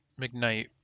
McKnight